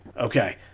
Okay